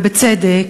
ובצדק,